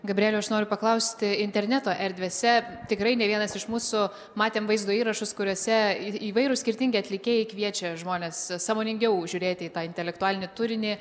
gabrieliau aš noriu paklausti interneto erdvėse tikrai ne vienas iš mūsų matėm vaizdo įrašus kuriuose ir įvairūs skirtingi atlikėjai kviečia žmones sąmoningiau žiūrėti į tą intelektualinį turinį